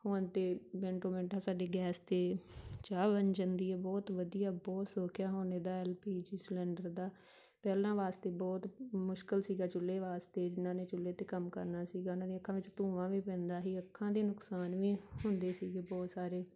ਹੁਣ ਤਾਂ ਮਿੰਟੋ ਮਿੰਟ ਇਹ ਸਾਡੀ ਗੈਸ 'ਤੇ ਚਾਹ ਬਣ ਜਾਂਦੀ ਹੈ ਬਹੁਤ ਵਧੀਆ ਬਹੁਤ ਸੁੱਖ ਹੈ ਹੁਣ ਇਹਦਾ ਐਲ ਪੀ ਜੀ ਸਲੰਡਰ ਦਾ ਪਹਿਲਾਂ ਵਾਸਤੇ ਬਹੁਤ ਮੁਸ਼ਕਲ ਸੀਗਾ ਚੁੱਲ੍ਹੇ ਵਾਸਤੇ ਜਿਹਨਾਂ ਨੇ ਚੁੱਲ੍ਹੇ 'ਤੇ ਕੰਮ ਕਰਨਾ ਸੀਗਾ ਉਹਨਾਂ ਦੀਆਂ ਅੱਖਾਂ ਵਿੱਚ ਧੂੰਆਂ ਵੀ ਪੈਂਦਾ ਸੀ ਅੱਖਾਂ ਦੇ ਨੁਕਸਾਨ ਵੀ ਹੁੰਦੇ ਸੀਗੇ ਬਹੁਤ ਸਾਰੇ